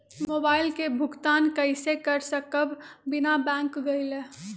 Mobile के भुगतान कईसे कर सकब बिना बैंक गईले?